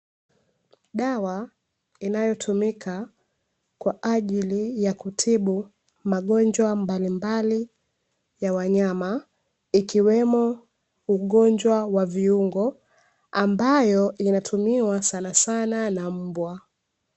Dawa inayotumika kwa ajili ya kutibu magonjwa mbalimbali ya wanyama, ikiwemo ugonjwa wa viungo, ambayo inatumiwa sanasana na mbwa.